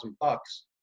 bucks